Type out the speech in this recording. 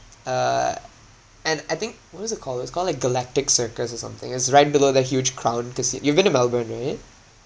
uh and I think what is it called it's called like galactic circus or something it's right below the huge crown casi~ you've been to melbourne right